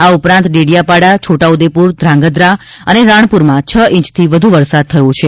આ ઉપરાંત ડેડીયાપાડા છોટા ઉદ્દેપુર ધાંગધ્રા અને રાણપુરમાં છ ઇંચથી વધુ વરસાદ થયો હતો